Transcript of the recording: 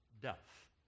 death